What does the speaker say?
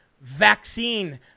vaccine